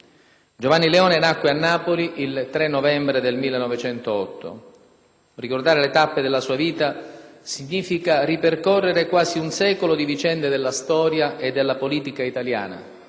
Giovanni Leone nacque a Napoli il 3 novembre del 1908. Ricordare le tappe della sua vita significa ripercorrere quasi un secolo di vicende della storia e della politica italiane,